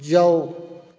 ਜਾਓ